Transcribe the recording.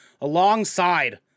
alongside